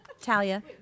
Talia